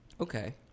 Okay